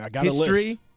history